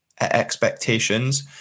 expectations